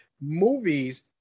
movies